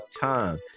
time